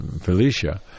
Felicia